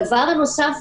הדבר הנוסף,